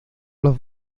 los